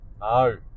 no